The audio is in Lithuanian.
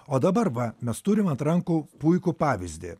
o dabar va mes turim ant rankų puikų pavyzdį